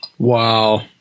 Wow